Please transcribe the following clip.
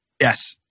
Yes